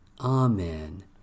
Amen